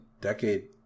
Decade